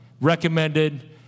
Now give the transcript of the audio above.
recommended